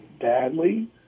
badly